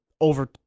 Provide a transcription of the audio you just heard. over